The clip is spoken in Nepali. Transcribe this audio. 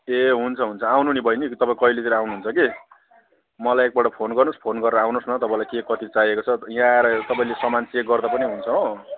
ए हुन्छ हुन्छ आउनु नि बहिनी तपाईँ कहिलेतिर आउनुहुन्छ कि मलाई एकपल्ट फोन गर्नुहोस् फोन गरेर आउनुहोस् न तपाईँलाई के कति चाहिएको छ यहाँ आएर तपाईँले समान चेक गर्दा पनि हुन्छ हो